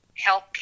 healthcare